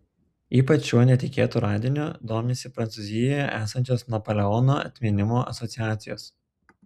ypač šiuo netikėtu radiniu domisi prancūzijoje esančios napoleono atminimo asociacijos